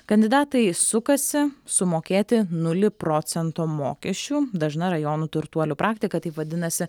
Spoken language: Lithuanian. kandidatai sukasi sumokėti nulį procento mokesčių dažna rajonų turtuolių praktika taip vadinasi